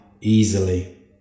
easily